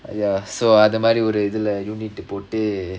ya so அத மாரி ஒரு இதுல:atha maari oru ithula unit போட்டு:pottu